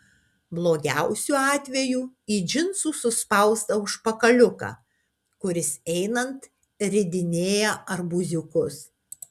blogiausiu atveju į džinsų suspaustą užpakaliuką kuris einant ridinėja arbūziukus